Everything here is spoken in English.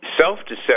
self-deception